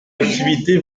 activité